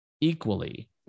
equally